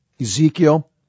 Ezekiel